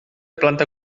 planta